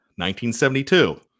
1972